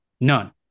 None